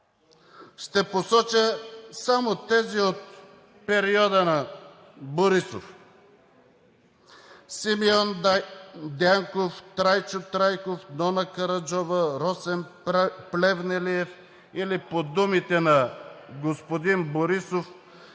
Ще посоча само тези от периода на Борисов – Симеон Дянков, Трайчо Трайков, Нона Караджова, Росен Плевнелиев, или по думите на господин Борисов